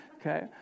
okay